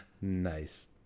Nice